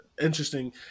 interesting